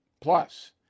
Plus